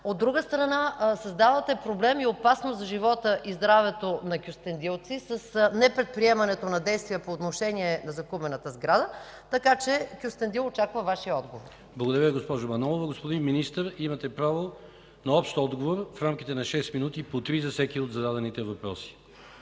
От друга страна, създават се проблем и опасност за живота и здравето на кюстендилци с непредприемането на действия по отношение на купената сграда. Кюстендил очаква Вашия отговор! ПРЕДСЕДАТЕЛ КИРИЛ ЦОЧЕВ: Благодаря Ви, госпожо Манолова. Господин Министър, имате право на общ отговор в рамките на шест минути – по три за всеки от зададените въпроси.